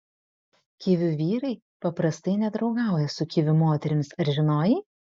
kivių vyrai paprastai nedraugauja su kivių moterimis ar žinojai